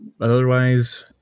Otherwise